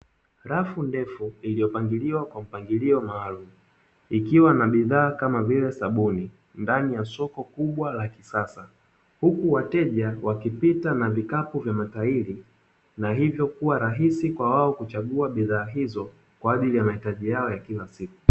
Rafu ndefu iliyopangiliwa kwa mpangilio maalumu ikiwa na bidhaa kama vile sabuni ndani ya soko kubwa la kisasa, huku wateja wakipita na vikapu vya matairi na hivyo kuwa rahisi kwa wao kuchagua bidhaa hizo kwa ajili ya mahitaji yao ya kila siku.